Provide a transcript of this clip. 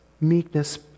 meekness